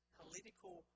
political